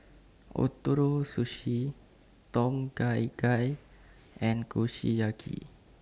Ootoro Sushi Tom Kha Gai and Kushiyaki